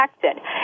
protected